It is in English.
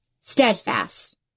Steadfast